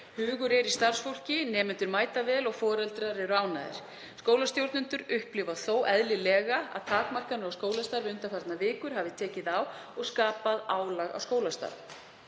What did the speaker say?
Hugur er í starfsfólki, nemendur mæta vel og foreldrar eru ánægðir. Skólastjórnendur upplifa þó eðlilega að takmarkanir á skólastarfi undanfarnar vikur hafi tekið á og skapað álag á skólastarf.